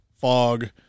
fog